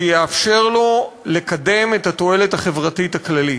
ויאפשרו לו לקדם את התועלת החברתית הכללית.